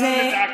אתה עכשיו